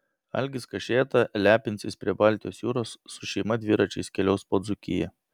algis kašėta lepinsis prie baltijos jūros su šeima dviračiais keliaus po dzūkiją